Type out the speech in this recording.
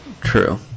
true